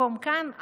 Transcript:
מקום כאן,